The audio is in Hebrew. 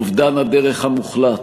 אובדן הדרך המוחלט,